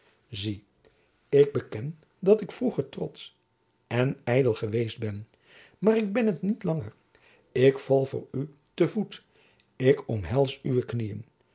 zie ik beken dat ik vroeger trotsch en ijdel geweest ben maar ik ben het niet langer ik val voor u te voet ik omhels uwe knieën